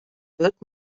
wird